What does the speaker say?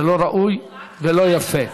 זה לא ראוי ולא יפה.